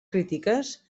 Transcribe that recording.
crítiques